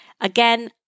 again